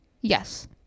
yes